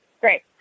Great